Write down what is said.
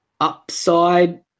upside